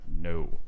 no